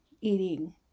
eating